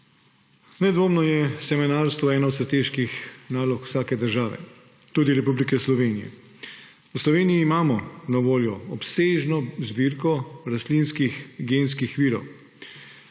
Nedvomno je semenarstvo ena od strateških nalog vsake države, tudi Republike Slovenije. V Sloveniji imamo na voljo obsežno zbirko rastlinskih genskih virov.